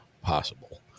possible